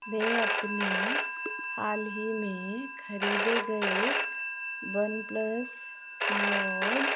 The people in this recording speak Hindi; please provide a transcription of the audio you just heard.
मैं अपने हाल ही में ख़रीदे गए वनप्लस नॉड